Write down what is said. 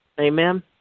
Amen